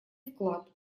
вклад